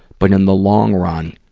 but in the long run,